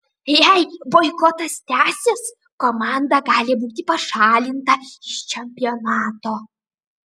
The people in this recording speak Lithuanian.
jei boikotas tęsis komanda gali būti pašalinta iš čempionato